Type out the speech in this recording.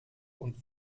und